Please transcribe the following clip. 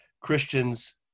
Christians